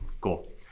Cool